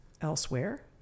elsewhere